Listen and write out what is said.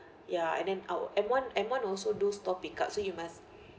ya and then our m one m one also do store pick up so you must